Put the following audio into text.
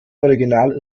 original